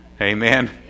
Amen